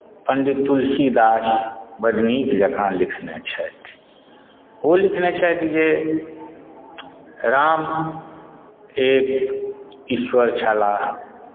पण्डित तुलसीदास बड नीक जँका लिखने छथि ओ लिखने छथि जे राम एक ईश्वर छलाह